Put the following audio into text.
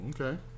okay